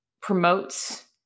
promotes